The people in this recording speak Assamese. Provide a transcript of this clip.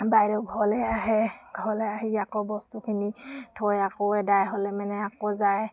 বাইদেউ ঘৰলৈ আহে ঘৰলৈ আহি আকৌ বস্তুখিনি থৈ আকৌ আদায় হ'লে মানে আকৌ যায়